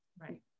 Right